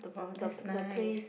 !wah! that's nice